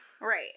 Right